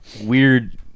weird